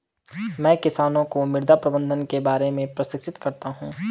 मैं किसानों को मृदा प्रबंधन के बारे में प्रशिक्षित करता हूँ